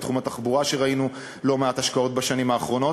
בתחום התחבורה ראינו לא מעט השקעות בשנים האחרונות,